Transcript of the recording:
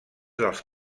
dels